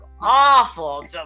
awful